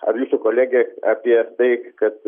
abi su kolege apie tai kad